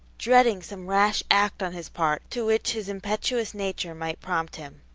dreading some rash act on his part to which his impetuous nature might prompt him.